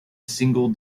single